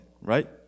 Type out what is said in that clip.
right